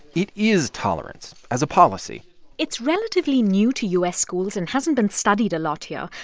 it is tolerance, as a policy it's relatively new to u s. schools and hasn't been studied a lot here.